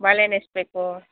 ಬಾಳೆಹಣ್ ಎಷ್ಟು ಬೇಕು